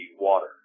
water